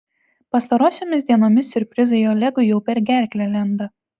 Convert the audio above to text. pastarosiomis dienomis siurprizai olegui jau per gerklę lenda